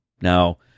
Now